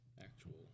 actual